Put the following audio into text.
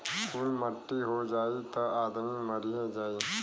कुल मट्टी हो जाई त आदमी मरिए जाई